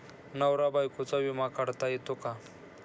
नवरा बायकोचा विमा काढता येतो का?